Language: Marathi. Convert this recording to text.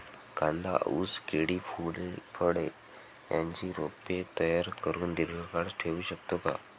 कांदा, ऊस, केळी, फूले व फळे यांची रोपे तयार करुन दिर्घकाळ ठेवू शकतो का?